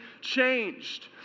changed